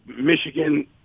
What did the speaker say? Michigan